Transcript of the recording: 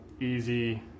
easy